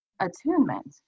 attunement